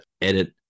edit